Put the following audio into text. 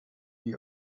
die